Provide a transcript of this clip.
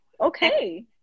Okay